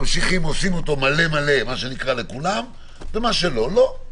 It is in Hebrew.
ממשיכים ועושים אותו מלא, לכולם, ומה שלא לא.